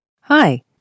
Hi